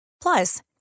Plus